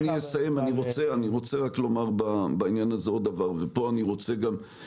אני רוצה לומר בעניין הזה עוד דבר וגם להתייחס